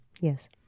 Yes